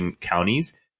counties